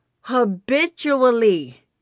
habitually